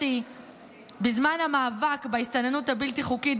אותי בזמן המאבק בהסתננות הבלתי-חוקית,